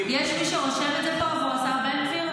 --- יש מי שרושם את זה פה עבור השר בן גביר,